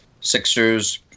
Sixers